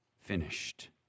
finished